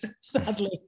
sadly